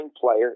player